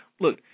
Look